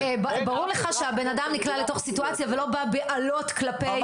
ברור לך שהאדם נקלע לתוך סיטואציה ולא בא באלות כלפי אותם אנשים.